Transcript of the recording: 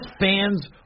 fans